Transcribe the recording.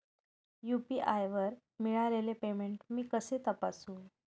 UPI वर मिळालेले payment मी कसे तपासू?